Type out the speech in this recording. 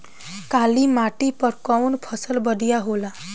काली माटी पर कउन फसल बढ़िया होला?